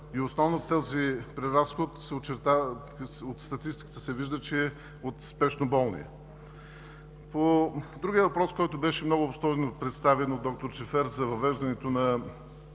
и основно този преразход от статистиката се вижда, че е от спешно болни. По другия въпрос, който беше много обстойно представен от д-р Джафер – за въвеждането на